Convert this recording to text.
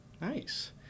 Nice